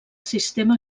sistema